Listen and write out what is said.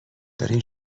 دارین